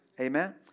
Amen